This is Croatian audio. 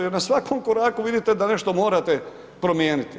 Jer na svakom koraku vidite da nešto morate promijeniti.